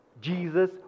Jesus